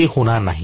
ते होणार नाही